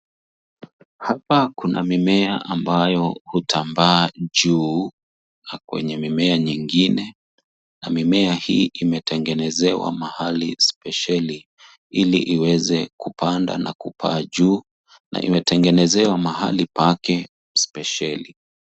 Hapa kuna mimea ambayo hutambaa juu kwenye mimea nyingine, na mimea hii imetengenezewa mahali spesheli ili iweze kupanda na kupaa ju, na imetengenezewa mahali pake spesheli.